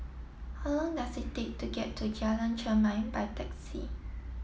how long does it take to get to Jalan Chermai by taxi